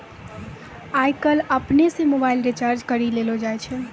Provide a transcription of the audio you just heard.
आय काइल अपनै से मोबाइल रिचार्ज करी लेलो जाय छै